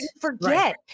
Forget